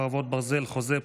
חרבות ברזל) (חוזה,